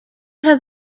has